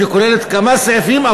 שכוללת כמה סעיפים,